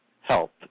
help